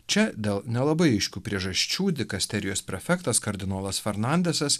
čia dėl nelabai aiškių priežasčių dikasterijos prefektas kardinolas fernandesas